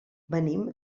venim